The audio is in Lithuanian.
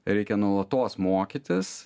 reikia nuolatos mokytis